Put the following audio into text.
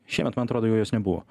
šiemet man atrodo jau jos nebuvo